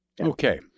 okay